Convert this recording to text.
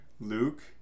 Luke